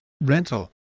rental